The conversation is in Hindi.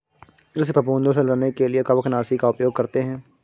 कृषि फफूदों से लड़ने के लिए कवकनाशी का उपयोग करते हैं